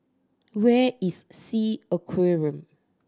where is Sea Aquarium